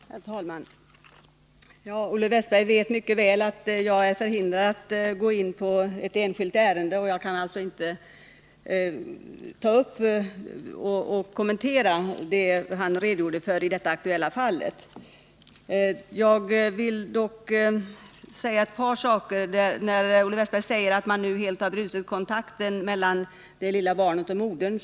Herr talman! Olle Wästberg i Stockholm vet mycket väl att jag är förhindrad att gå in på ett enskilt ärende. Jag kan alltså inte kommentera det han redogjorde för i det aktuella fallet. Jag skall dock nämna ett par saker. Olle Wästberg säger att myndigheterna helt har brutit kontakten mellan det lilla barnet och modern.